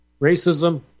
racism